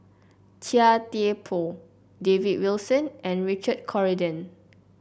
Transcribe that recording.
Chia Thye Poh David Wilson and Richard Corridon